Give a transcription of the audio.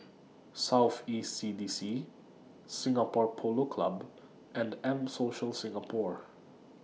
South East CDC Singapore Polo Club and M Social Singapore